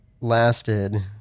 lasted